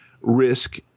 risk